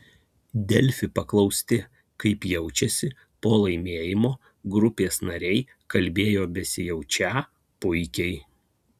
delfi paklausti kaip jaučiasi po laimėjimo grupės nariai kalbėjo besijaučią puikiai